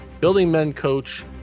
Buildingmencoach